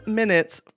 minutes